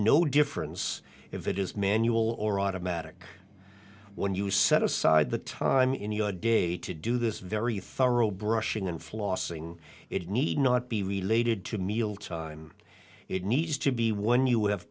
no difference if it is manual or automatic when you set aside the time in your day to do this very thorough brushing and flossing it need not be related to mealtime it needs to be when you have